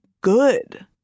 good